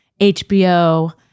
HBO